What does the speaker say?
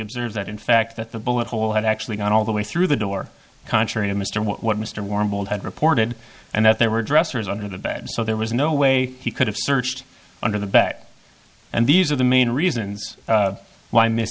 observes that in fact that the bullet hole had actually gone all the way through the door contrary to mr what mr warren will had reported and that there were dressers under the bed so there was no way he could have searched under the back and these are the main reasons why m